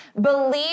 believe